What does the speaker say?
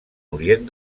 orient